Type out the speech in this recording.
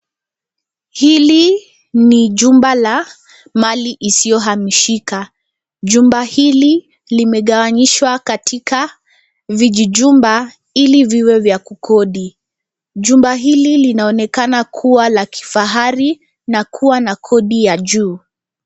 Hili ni jumba la mali isiyohamishika. Jumba hili limegawanyishwa katika vijijumba ili viwe vya kukodi. Jumba hili linaonekana kuwa la kifahari na kuwa na kodi ya juu.